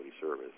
service